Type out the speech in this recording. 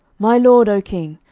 my lord, o king,